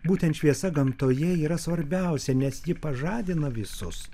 būtent šviesa gamtoje yra svarbiausia nes ji pažadina visus